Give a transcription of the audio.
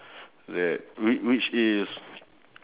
that wh~ which is